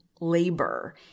labor